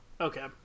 Okay